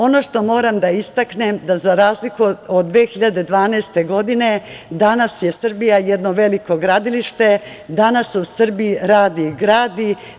Ono što moram da istaknem, da za razliku od 2012. godine, danas je Srbija jedno veliko gradilište, danas se u Srbiji radi i gradi.